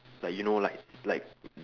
like you know like like